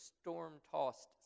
storm-tossed